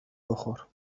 بخور